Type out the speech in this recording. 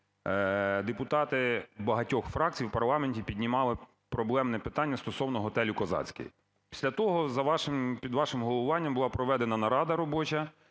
депутати багатьох фракцій в парламенті піднімали проблемне питання стосовно готелю "Козацький". Після того за вашим… під вашим головуванням була проведена нарада робоча